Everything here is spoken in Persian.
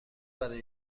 برای